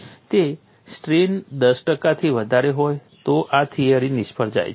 તે સ્ટ્રેઇન 10 ટકાથી વધારે હોય તો આ થિયરી નિષ્ફળ જાય છે